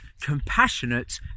compassionate